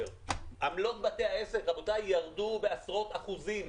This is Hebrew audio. עמלות בתי העסק, רבותיי, ירדו בעשרות אחוזים.